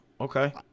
Okay